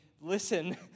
listen